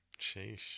Sheesh